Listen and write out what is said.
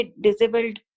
disabled